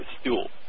stool